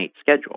schedule